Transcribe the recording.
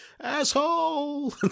Asshole